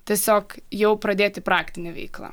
tiesiog jau pradėti praktinę veiklą